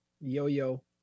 yo-yo